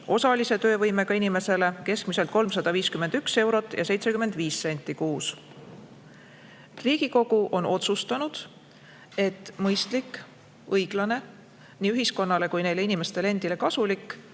osalise töövõimega inimesele keskmiselt 351 eurot ja 75 senti kuus. Riigikogu on otsustanud, et mõistlik, õiglane, nii ühiskonnale kui neile inimestele endile kasulik